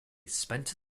spent